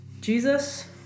Jesus